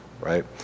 right